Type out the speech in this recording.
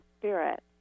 spirit